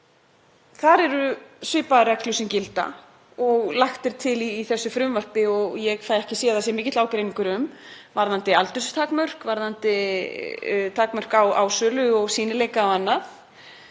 Þar eru svipaðar reglur sem gilda og lagðar er til í frumvarpinu og ég fæ ekki séð að mikill ágreiningur sé um, varðandi aldurstakmörk, varðandi takmörk á sölu og sýnileika og annað.